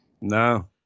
No